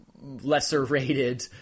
lesser-rated